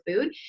food